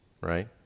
right